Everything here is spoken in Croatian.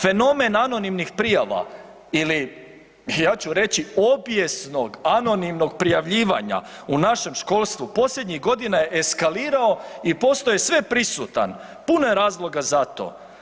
Fenomen anonimnih prijava ili ja ću reći obijesnog anonimnog prijavljivanja u našem školstvu posljednjih godina je eskalirao i postao je sveprisutan, puno je razloga za to.